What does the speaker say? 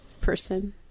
person